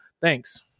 Thanks